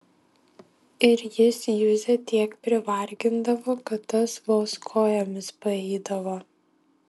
ir jis juzę tiek privargindavo kad tas vos kojomis paeidavo